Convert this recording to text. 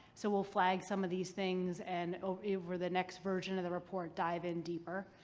so we'll flag some of these things and over the next version of the report dive in deeper.